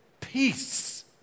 peace